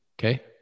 Okay